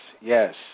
yes